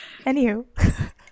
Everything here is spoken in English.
Anywho